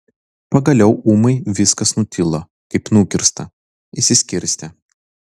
pagaliau ūmai viskas nutilo kaip nukirsta išsiskirstė